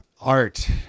art